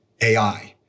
AI